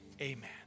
amen